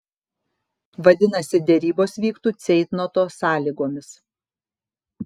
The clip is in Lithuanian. vadinasi derybos vyktų ceitnoto sąlygomis